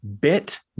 bit